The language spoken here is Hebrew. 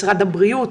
משרד הבריאות,